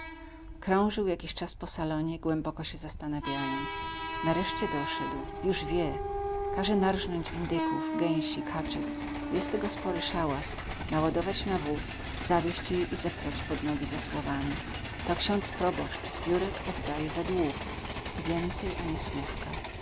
krążył jakiś czas po salonie głęboko się zastanawiając nareszcie doszedł już wie każe narznąć indyków gęsi kaczek jest tego spory szałas naładować na wóz zawieźć jej i zeprać pod nogi ze słowami to ksiądz proboszcz z wiórek oddaje za dług i więcej ani słówka